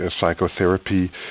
psychotherapy